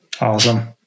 Awesome